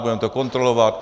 Budeme to kontrolovat.